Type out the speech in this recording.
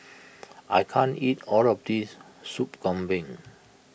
I can't eat all of this Sup Kambing